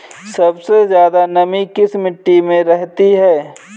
सबसे ज्यादा नमी किस मिट्टी में रहती है?